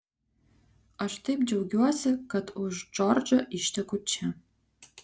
aš taip džiaugiuosi kad už džordžo išteku čia